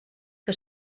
que